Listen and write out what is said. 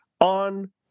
on